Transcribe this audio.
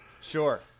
Sure